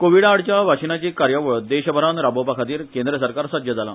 कोविडा आडच्या वाशीनाची कार्यावळ देशभरान राबोवपाखातीर केंद्र सरकार सज्ज जाला